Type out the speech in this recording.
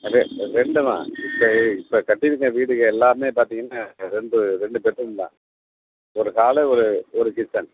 அது ரெண்டு தான் இப்போ இப்போ கட்டிருக்குற வீடுகங் எல்லாமேப் பார்த்தீங்கன்னா ரெண்டு ரெண்டு பெட்ரூம் தான் ஒரு ஹாலு ஒரு ஒரு கிட்சன்